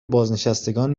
بازنشستگان